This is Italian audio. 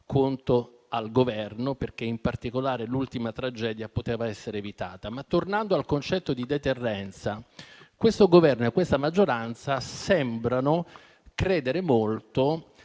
conto al Governo, perché in particolare l'ultima tragedia poteva essere evitata. Tornando però al concetto di deterrenza, questo Governo e questa maggioranza sembrano credere molto